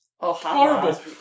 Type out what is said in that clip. horrible